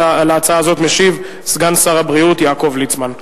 על ההצעה הזאת משיב סגן שר הבריאות יעקב ליצמן.